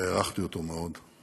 אבל הערכתי אותו מאוד.